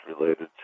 related